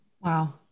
Wow